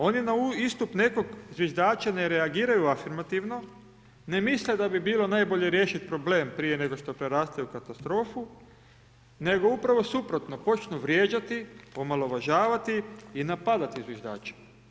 Oni na istup nekog zviždača ne reagiraju afirmativno, ne misle da bi bilo najbolje riješiti problem prije nego što preraste u katastrofu, nego upravo suprotno, počnu vrijeđati, omalovažavati i napadati zviždače.